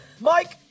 Mike